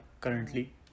currently